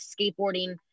skateboarding